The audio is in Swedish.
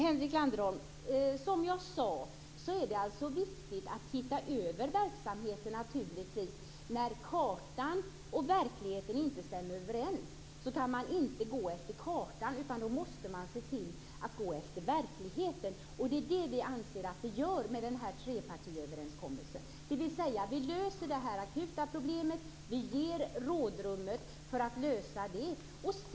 Fru talman! Som jag sade är det naturligtvis viktigt att titta över verksamheten, Henrik Landerholm. När kartan och verkligheten inte stämmer överens kan man inte gå efter kartan, utan då måste man se till att gå efter verkligheten. Det är det vi anser att vi gör med trepartiöverenskommelsen. Vi löser det akuta problemet. Vi ger rådrum för att man skall kunna lösa det.